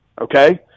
okay